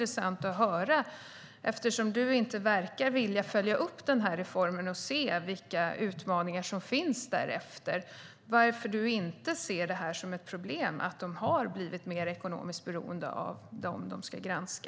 Eftersom du inte verkar vilja följa upp reformen och se vilka utmaningar som finns efter den skulle det vara intressant att höra varför du inte ser det som ett problem att de har blivit mer ekonomiskt beroende av dem som de ska granska.